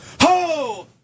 ho